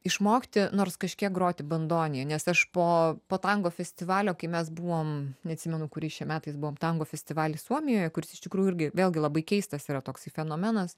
išmokti nors kažkiek groti bandonija nes aš po po tango festivalio kai mes buvom neatsimenu kuriais čia metais buvom tango festivaly suomijoje kuris iš tikrųjų irgi vėlgi labai keistas yra toksai fenomenas